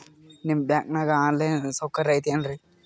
ನಿಮ್ಮ ಬ್ಯಾಂಕನಾಗ online ಸೌಕರ್ಯ ಐತೇನ್ರಿ?